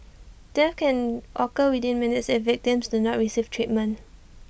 death can occur within minutes if victims do not receive treatment